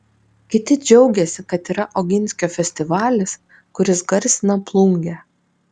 kiti džiaugiasi kad yra oginskio festivalis kuris garsina plungę